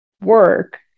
work